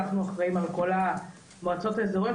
אנחנו אחראים על כל המועצות האזוריות.